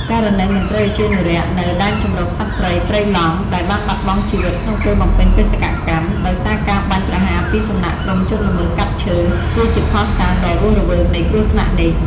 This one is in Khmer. ករណីមន្ត្រីឧទ្យានុរក្សនៅ ដែនជម្រកសត្វព្រៃព្រៃឡង់ ដែលបានបាត់បង់ជីវិតក្នុងពេលបំពេញបេសកកម្ម ដោយសារការបាញ់ប្រហារពីសំណាក់ក្រុមជនល្មើសកាប់ឈើ គឺជាភស្តុតាងដ៏រស់រវើកនៃគ្រោះថ្នាក់នេះ។